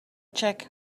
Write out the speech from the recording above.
check